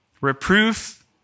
Reproof